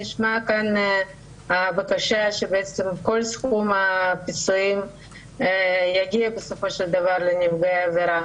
נשמעה כאן הבקשה שכל סכום הפיצויים יגיע בסופו של דבר לנפגעי העבירה,